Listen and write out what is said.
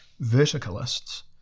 Verticalists